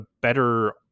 better